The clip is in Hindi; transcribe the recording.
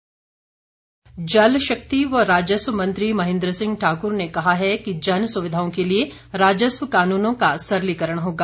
महेन्द्र सिंह जल शक्ति व राजस्व मंत्री महेन्द्र सिंह ठाकुर ने कहा है कि जन सुविधाओं के लिए राजस्व कानूनों का सरलीकरण होगा